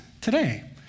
today